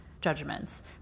judgments